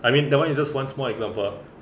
I mean that [one] is just one small example uh